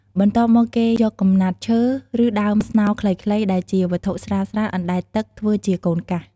បន្ទាប់មកគេយកកំណាត់ឈើ ឬដើមស្នោរខ្លីៗ ដែលជាវត្ថុស្រាលៗអណ្ដែតទឹក ធ្វើជា "កូនកាស"។